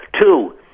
Two